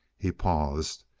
he paused.